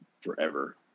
forever